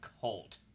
cult